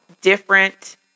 different